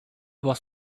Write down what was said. was